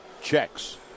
Checks